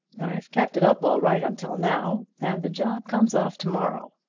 i've kept it up all right until now and the job comes off to-morrow.